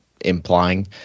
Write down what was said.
implying